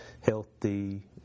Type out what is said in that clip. healthy